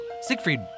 Siegfried